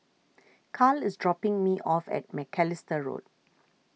Carl is dropping me off at Macalister Road